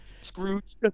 Scrooge